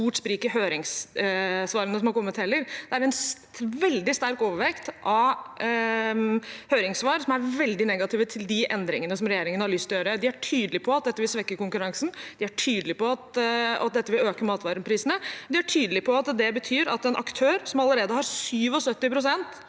Det er en veldig sterk overvekt av høringssvar som er veldig negative til de endringene som regjeringen har lyst til å gjøre. De er tydelige på at dette vil svekke konkurransen, de er tydelige på at dette vil øke matvareprisene, og de er tydelige på at det betyr at en aktør som allerede har 77 pst.